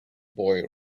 boy